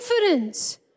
confidence